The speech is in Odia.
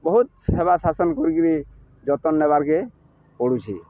ବହୁତ ସେବା ଶାସନ କରିକିରି ଯତ୍ନ ନେବାର୍କେ ପଡ଼ୁଛି